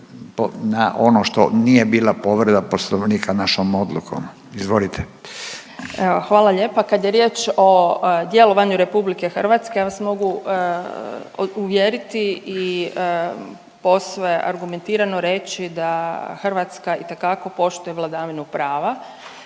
na ono što nije bila povreda Poslovnika našom odlukom, izvolite. **Metelko-Zgombić, Andreja** Evo, hvala lijepa. Kad je riječ o djelovanju RH ja se mogu uvjeriti i posve argumentirano reći da Hrvatska itekako poštuje vladavinu prava